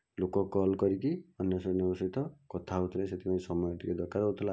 ଲୋକ କଲ୍ କରିକି ଅନ୍ୟମାନଙ୍କ ସହିତ କଥା ହେଉଥିଲେ ସେଥିପାଇଁ ସମୟ ଟିକେ ଦରକାର ହେଉଥିଲା